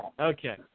Okay